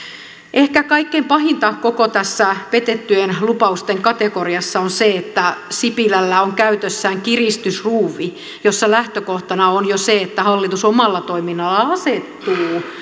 ehkä kaikkein pahinta koko tässä petettyjen lupausten kategoriassa on se että sipilällä on käytössään kiristysruuvi jossa lähtökohtana on jo se että hallitus omalla toiminnallaan asettuu